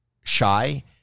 shy